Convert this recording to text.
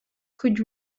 could